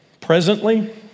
Presently